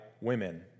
women